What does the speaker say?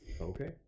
Okay